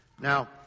Now